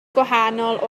gwahanol